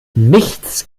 nichts